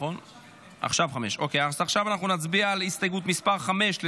עכשיו נצביע על הסתייגות מס' 5,